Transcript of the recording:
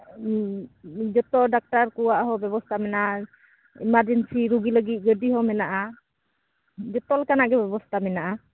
ᱦᱩᱸ ᱡᱚᱛᱚ ᱰᱟᱠᱛᱟᱨ ᱠᱚᱣᱟᱜ ᱦᱚᱸ ᱵᱮᱵᱚᱥᱛᱷᱟ ᱢᱮᱱᱟᱜᱼᱟ ᱟᱨ ᱮᱢᱟᱨᱡᱮᱱᱥᱤ ᱨᱩᱜᱤ ᱞᱟᱹᱜᱤᱫ ᱜᱟᱹᱰᱤ ᱦᱚᱸ ᱢᱮᱱᱟᱜᱼᱟ ᱡᱚᱛᱚ ᱞᱮᱠᱟᱱᱟᱜ ᱜᱮ ᱵᱮᱵᱚᱥᱛᱷᱟ ᱢᱮᱱᱟᱜᱼᱟ